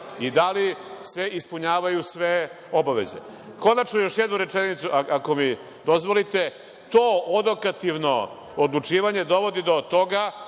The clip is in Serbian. i da li se ispunjavaju sve obaveze. Konačno, još jednu rečenicu, ako mi dozvolite, to odokativno odlučivanje dovodi do toga